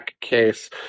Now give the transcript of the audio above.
case